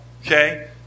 Okay